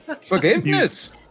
Forgiveness